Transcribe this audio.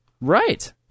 Right